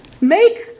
make